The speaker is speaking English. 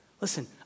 Listen